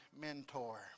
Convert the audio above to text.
mentor